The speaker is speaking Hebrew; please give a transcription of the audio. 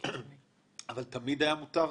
אבל תמיד היה מותר,